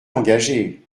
engagé